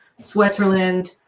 Switzerland